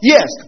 Yes